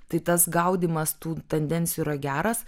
tai tas gaudymas tų tendencijų yra geras